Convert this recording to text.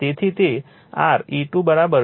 તેથી તે r E2 V2 I2 R2 j I2 X2 છે